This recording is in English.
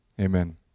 Amen